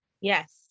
Yes